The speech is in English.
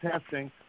testing